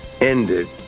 ended